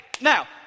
now